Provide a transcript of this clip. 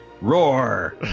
Roar